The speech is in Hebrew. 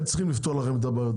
הם צריכים לפתור לכם את הבעיות,